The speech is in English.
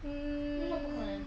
um